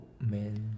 man